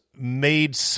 Made